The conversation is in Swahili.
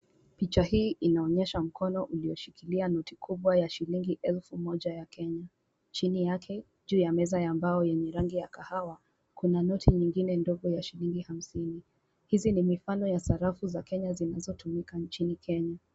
Picha hii inaonyesha mkono ulioshikilia noti kubwa ya shilingi elfu moja ya Kenya. Chini yake juu ya meza ya mbao yenye rangi ya kahawa. Kuna noti nyingine ndogo ya shilingi hamsini. Hizi ni mifano ya sarafu za Kenya zinazotumika nchini Kenya.